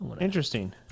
Interesting